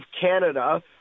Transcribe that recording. Canada